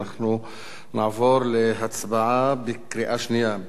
ואנחנו נעבור להצבעה בקריאה שנייה,